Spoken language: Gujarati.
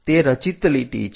તે રચિત લીટી છે